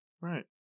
right